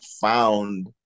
found